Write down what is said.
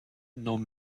nos